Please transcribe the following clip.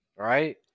right